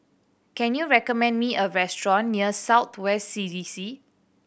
can you recommend me a restaurant near South West C D C